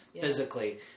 physically